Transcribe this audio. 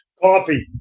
Coffee